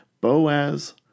Boaz